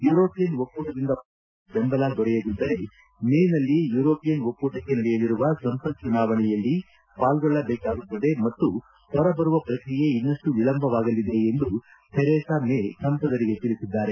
European ಒಕ್ಕೂಟದಿಂದ ಹೊರಬರುವ ನಿರ್ಧಾರಕ್ಕೆ ಬೆಂಬಲ ದೊರೆಯದಿದ್ದರೆ ಮೇ ನಲ್ಲಿ ಯೂರೋಪಿಯನ್ ಒಕ್ಕೂಟಕ್ಕೆ ನಡೆಯಲಿರುವ ಸಂಸತ್ ಚುನಾವಣೆಯಲ್ಲಿ ಪಾಲ್ಗೊಳ್ಳಬೇಕಾಗುತ್ತದೆ ಮತ್ತು ಹೊರಬರುವ ಪ್ರಕ್ರಿಯೆ ಇನ್ನಷ್ಟು ವಿಳಂಬವಾಗಲಿದೆ ಎಂದು ತೆರೇಸಾ ಮೇ ಸಂಸದರಿಗೆ ತಿಳಿಸಿದಾರೆ